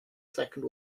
second